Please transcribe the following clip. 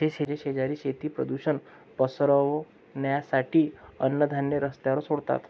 माझे शेजारी शेती प्रदूषण पसरवण्यासाठी अन्नधान्य रस्त्यावर सोडतात